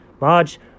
Marge